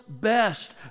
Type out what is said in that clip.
best